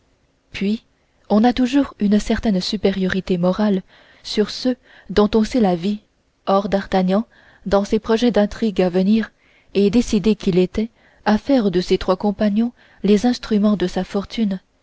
puis on a toujours une certaine supériorité morale sur ceux dont on sait la vie or d'artagnan dans ses projets d'intrigue à venir et décidé qu'il était à faire de ses trois compagnons les instruments de sa fortune